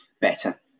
better